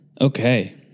Okay